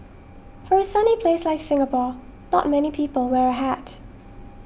for a sunny place like Singapore not many people wear a hat